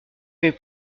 mes